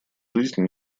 жизнь